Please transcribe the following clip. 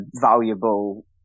valuable